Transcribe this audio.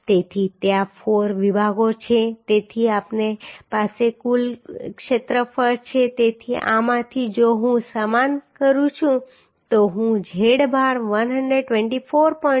તેથી ત્યાં 4 વિભાગો છે તેથી આપણી પાસે કુલ ક્ષેત્રફળ છે તેથી આમાંથી જો હું સમાન કરું તો હું z બાર 124